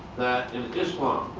that in islam,